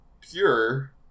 pure